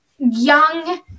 Young